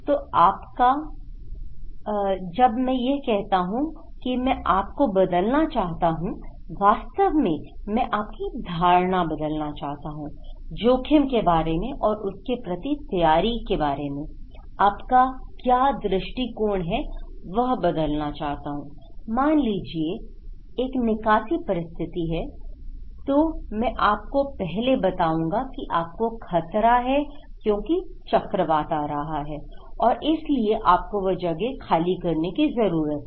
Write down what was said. तो आपका तो जब मैं यह कहता हूं कि मैं आप को बदलना चाहता हूं वास्तव में मैं आपकी धारणा बदलना चाहता हूं जोखिम के बारे मेंऔर उसके प्रति तैयारी के के बारे में आपका क्या दृष्टिकोण है वह बदलना चाहता हूंI मान लीजिए एक निकासी परिस्थिति है तो मैं आपको पहले बताऊंगा कि आप को खतरा है क्योंकि चक्रवात आ रहा है और इसलिए आपको वह जगह खाली करने की जरूरत है